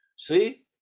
See